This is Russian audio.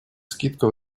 скидка